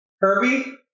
Herbie